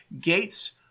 gates